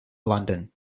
london